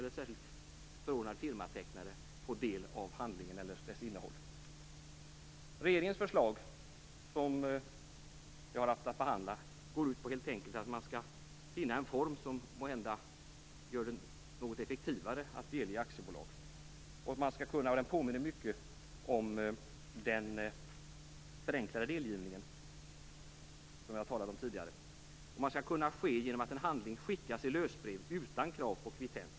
Regeringens förslag, som vi har haft att behandla, går helt enkelt ut på att finna en måhända något effektivare form när det gäller att delge aktiebolag. Den påminner mycket om den förenklade delgivningen, som jag talade om tidigare. Det skall kunna ske genom att en handling skickas i lösbrev utan krav på kvittens.